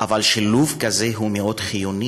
אבל שילוב כזה הוא מאוד חיוני